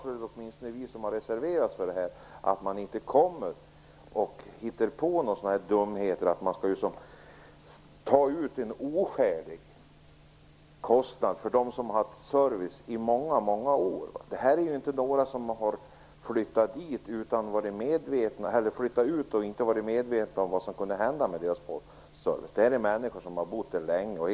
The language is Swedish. Åtminstone vi som har reserverat oss hoppas att man inte hittar på några sådana här dumheter om att man skall ta ut en oskälig kostnad för dem som har haft service i många år. Det är ju inte fråga om människor som har flyttat utan att vara medvetna om vad som kunde hända med deras postservice. Det är människor som har bott på landsbygden länge.